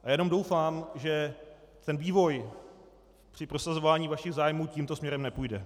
A já jenom doufám, že ten vývoj při prosazování vašich zájmů tímto směrem nepůjde.